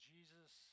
Jesus